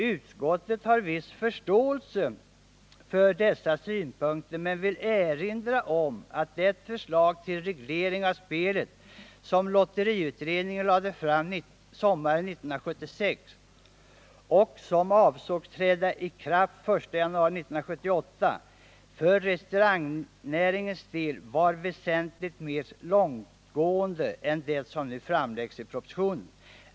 Utskottet har viss förståelse för dessa synpunkter men vill erinra om att det förslag till reglering av spelet som lotteriutredningen lade fram sommaren 1976 — och som avsågs träda i kraft den 1 januari 1978 — för restaurangnäringens del var väsentligt mer långtgående än det som nu framläggs i propositionen.